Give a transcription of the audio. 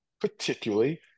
particularly